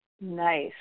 Nice